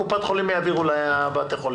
וקופות החולים יעבירו לבתי החולים.